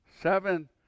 seven